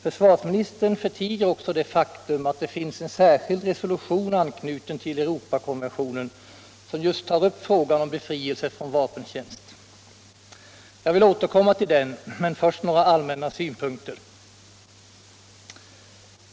Försvarsministern förtiger också det faktum att det finns en särskild resolution anknuten till Europakonventionen som just tar upp frågan om befrielse från vapentjänst. Jag vill återkomma till den, men först några allmänna synpunkter.